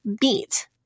beat